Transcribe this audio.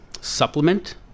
supplement